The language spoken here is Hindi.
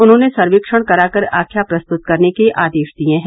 उन्होंने सर्वेक्षण कराकर आख्या प्रस्तुत करने के आदेश दिए हैं